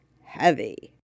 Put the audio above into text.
heavy